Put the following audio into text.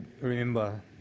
remember